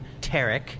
Tarek